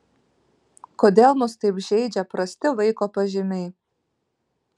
kodėl mus taip žeidžia prasti vaiko pažymiai